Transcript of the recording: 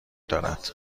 دارد